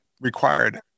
required